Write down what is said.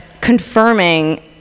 confirming